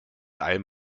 allem